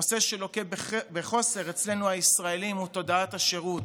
נושא שלוקה בחוסר אצלנו הישראלים הוא תודעת השירות,